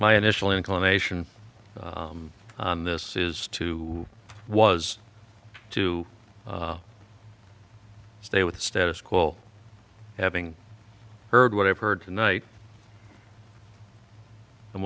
my initial inclination on this is to was to stay with the status quo having heard what i've heard tonight